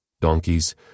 donkeys